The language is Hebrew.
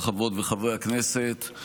חברות וחברי הכנסת,